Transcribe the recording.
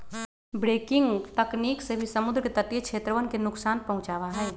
breaking तकनीक से भी समुद्र के तटीय क्षेत्रवन के नुकसान पहुंचावा हई